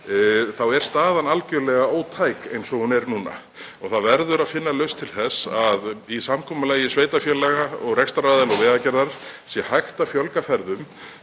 er staðan algerlega ótæk eins og hún er núna. Það verður að finna lausn til þess að í samkomulagi sveitarfélaga, rekstraraðila og Vegagerðar sé hægt að fjölga ferðum